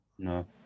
No